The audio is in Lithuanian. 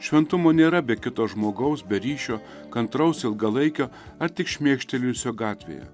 šventumo nėra be kito žmogaus be ryšio kantraus ilgalaikio ar tik šmėkštelėjusio gatvėje